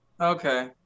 Okay